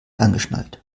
angeschnallt